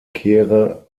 kehre